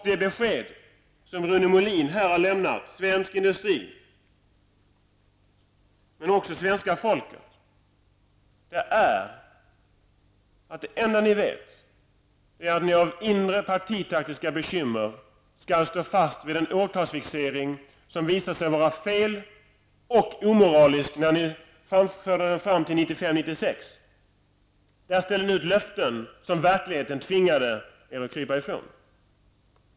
Det besked som Rune Molin här har lämnat svensk industri och svenska folket är att ni av inre partitaktiska bekymmer skall stå fast vid en årtalsfixering som visar sig vara felaktig och omoralisk när den förde fram till 95—96. Där ställde ni ut löften som verkligheten tvingade er att krypa ifrån.